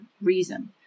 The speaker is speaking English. reason